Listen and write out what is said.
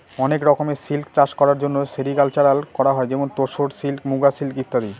অনেক রকমের সিল্ক চাষ করার জন্য সেরিকালকালচার করা হয় যেমন তোসর সিল্ক, মুগা সিল্ক ইত্যাদি